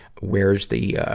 wears the, ah,